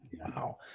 Wow